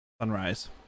sunrise